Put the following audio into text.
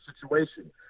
situation